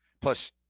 Plus